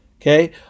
Okay